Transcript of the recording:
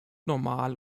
normal